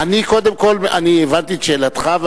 אני הבנתי את שאלתך,